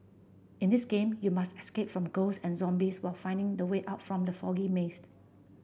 in this game you must escape from ghost and zombies while finding the way out from the foggy mazed